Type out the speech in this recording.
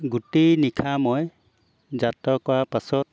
গোটেই নিশা মই যাত্ৰা কৰাৰ পাছত